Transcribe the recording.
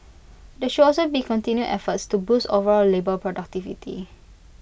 there should also be continued efforts to boost overall labour productivity